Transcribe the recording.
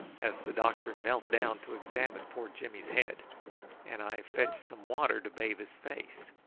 as the doctor knelt down to examine poor jimmy's head and i fetched some water to bathe his face.